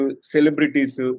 celebrities